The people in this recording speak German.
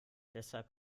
deshalb